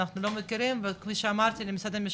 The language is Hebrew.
אנחנו לא מכירים וכפי שאמרתי למשרד המשפטים,